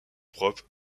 propre